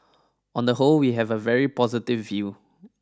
on the whole we have a very positive view